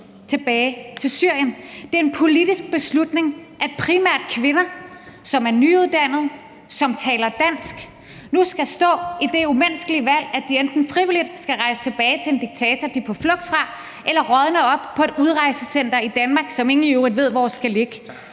tilbage til Syrien. Det er en politisk beslutning, at primært kvinder, som er nyuddannede, og som taler dansk, nu skal stå med det umenneskelige valg, at de enten frivilligt skal rejse tilbage til en diktator, de er på flugt fra, eller skal rådne op på et udrejsecenter i Danmark, som ingen i øvrigt ved hvor skal ligge.